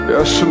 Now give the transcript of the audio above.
Yes